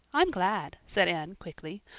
i'm glad, said anne quickly.